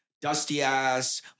dusty-ass